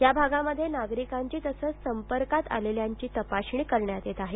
याभागात नागरिकांची तसेच संपर्कात आलेल्यांची तपासणी करण्यात येत आहे